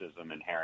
inherent